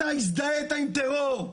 אתה הזדהית עם טרור.